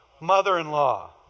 mother-in-law